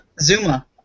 Zuma